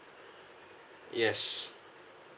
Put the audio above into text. yes